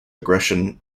aggression